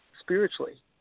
spiritually